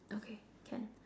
okay can